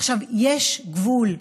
עכשיו, יש גבול.